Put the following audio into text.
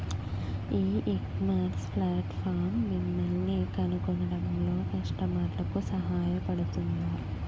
ఈ ecommerce platform మిమ్మల్ని కనుగొనడంలో కస్టమర్లకు సహాయపడుతుందా?